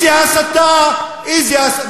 איזו הסתה?